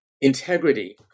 integrity